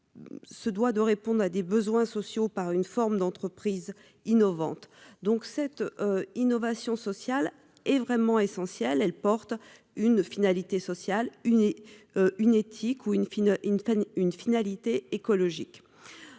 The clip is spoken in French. Se doit de répondre à des besoins sociaux par une forme d'entreprises innovantes, donc cette innovation sociale est vraiment essentiel, elle porte une finalité sociale, une et une éthique ou une fine, une